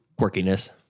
quirkiness